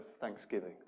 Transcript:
thanksgiving